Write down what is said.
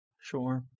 Sure